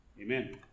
amen